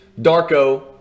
Darko